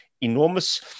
enormous